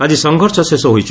ଆଜି ସଂଘର୍ଷ ଶେଷ ହୋଇଛି